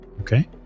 Okay